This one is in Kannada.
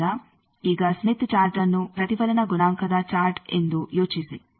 ಆದ್ದರಿಂದ ಈಗ ಸ್ಮಿತ್ ಚಾರ್ಟ್ಅನ್ನು ಪ್ರತಿಫಲನ ಗುಣಾಂಕದ ಚಾರ್ಟ್ ಎಂದು ಯೋಚಿಸಿ